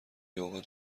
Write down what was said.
اوقات